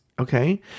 Okay